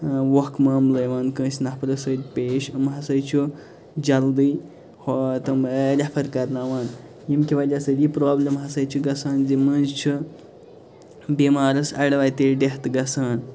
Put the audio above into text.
اۭں ووکھہٕ مامعلہٕ یِوان کانٛسہِ نَفَرس سۭتۍ پیش یِم ہسا چھُ جلدی ہۄ تِم ریٚفَر کرناوان یمہِ کہِ وجہ سۭتۍ یہِ پرٛابلِم ہسا چھِ گژھان زِ مٔنٛزۍ چھِ بیٚمارَس اَڑٕوَتے ڈیٚتھ گژھان